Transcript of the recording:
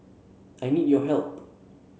I need your help